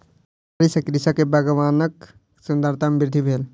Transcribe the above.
झाड़ी सॅ कृषक के बगानक सुंदरता में वृद्धि भेल